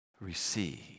receive